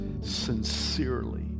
sincerely